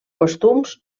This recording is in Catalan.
costums